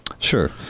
Sure